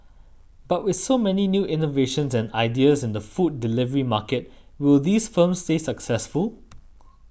but with so many new innovations and ideas in the food delivery market will these firms stay successful